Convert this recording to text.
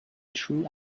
true